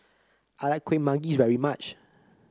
I like Kueh Manggis very much